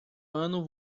ano